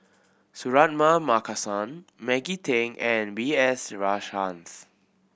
Suratman Markasan Maggie Teng and B S Rajhans